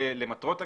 למטרות הקרן,